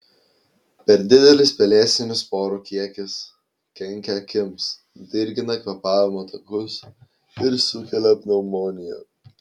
per didelis pelėsinių sporų kiekis kenkia akims dirgina kvėpavimo takus ir sukelia pneumoniją